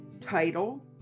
title